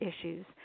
issues